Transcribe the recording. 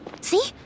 See